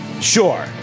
Sure